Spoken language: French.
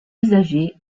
usagé